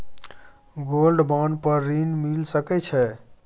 Gold bond पर ऋण मिल सके छै?